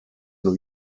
new